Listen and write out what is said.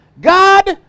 God